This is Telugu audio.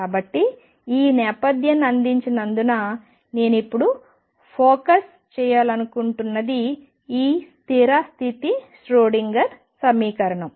కాబట్టి ఈ నేపథ్యాన్ని అందించినందున నేను ఇప్పుడు ఫోకస్ చేయాలనుకుంటున్నది ఈ స్థిర స్థితి ష్రోడింగర్ సమీకరణం